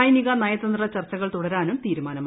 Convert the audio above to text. സൈനിക നയതന്ത്ര ചർച്ചകൾ തുടരാനും തീരുമാനമായി